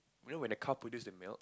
you know when the cow produce the milk